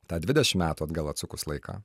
tą dvidešimt metų atgal atsukus laiką